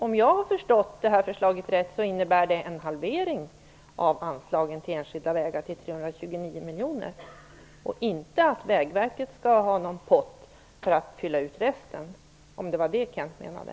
Som jag har förstått förslaget innebär det en halvering av anslagen till enskilda vägar till 329 miljoner, inte att Vägverket skall ha någon pott för att fylla ut resten. Var det detta Kenth Skårvik menade?